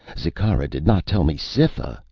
zikkara did not tell me cytha!